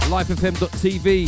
Lifefm.tv